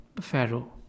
Pharaoh